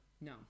No